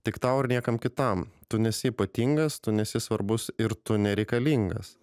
tik tau ir niekam kitam tu nesi ypatingas tu nesi svarbus ir tu nereikalingas